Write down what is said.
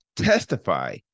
Testify